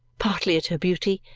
partly at her beauty,